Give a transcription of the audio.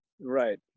Right